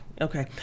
Okay